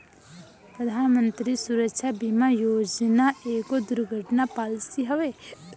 प्रधानमंत्री सुरक्षा बीमा योजना एगो दुर्घटना पॉलिसी हवे